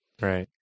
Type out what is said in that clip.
Right